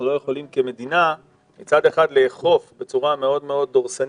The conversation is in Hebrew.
אנחנו לא יכולים כמדינה מצד אחד לאכוף בצורה מאוד מאוד דורסנית,